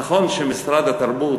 נכון שמשרד התרבות